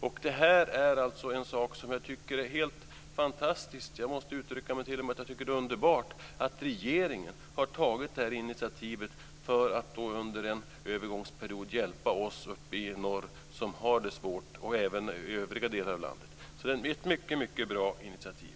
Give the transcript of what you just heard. Jag tycker att det är helt fantastiskt - jag måste uttrycka mig t.o.m. så att jag tycker att det är underbart - att regeringen har tagit det här initiativet för att under en övergångsperiod hjälpa oss uppe i norr som har det svårt, och även övriga delar av landet. Det är ett mycket bra initiativ.